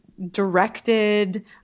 directed